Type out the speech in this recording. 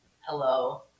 Hello